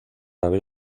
haber